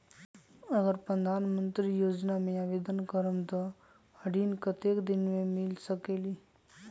अगर प्रधानमंत्री योजना में आवेदन करम त ऋण कतेक दिन मे मिल सकेली?